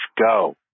go